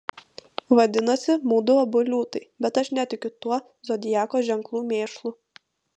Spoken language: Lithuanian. vadinasi mudu abu liūtai bet aš netikiu tuo zodiako ženklų mėšlu